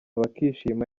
bakishima